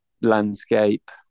landscape